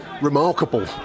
Remarkable